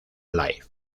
life